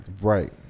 Right